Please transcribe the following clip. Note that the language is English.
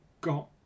got